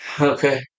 okay